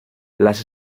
las